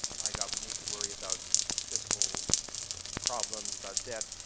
my god, we need to worry about fiscal problems, about debt,